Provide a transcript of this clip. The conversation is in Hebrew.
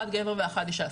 אחד גבר ואחד אישה.